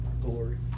glory